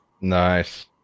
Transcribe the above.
Nice